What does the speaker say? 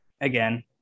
Again